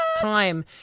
time